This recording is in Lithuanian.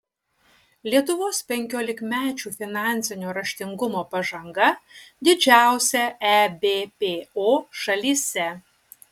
lietuvos penkiolikmečių finansinio raštingumo pažanga didžiausia ebpo šalyse